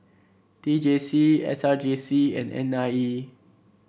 T J C S R J C and N I E